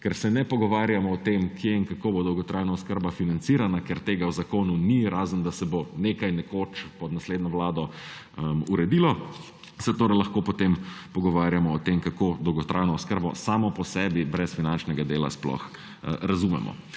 Ker se ne pogovarjamo o tem, kje in kako bo dolgotrajna oskrba financirana, ker tega v zakonu ni, razen da se bo nekaj nekoč pod naslednjo vlado uredilo, se torej lahko potem pogovarjamo o tem, kako dolgotrajno oskrbo samo po sebi brez finančnega dela sploh razumemo.